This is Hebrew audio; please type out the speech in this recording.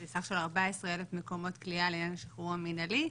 סך של 14,000 מקומות כליאה לעניין השחרור המינהלי.